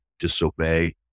disobey